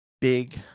big